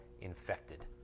infected